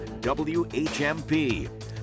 WHMP